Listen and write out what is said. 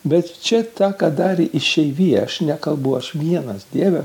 bet čia ta ką darė išeivija aš nekalbu aš vienas dieve